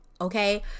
Okay